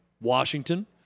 Washington